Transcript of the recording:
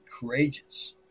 courageous